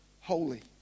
holy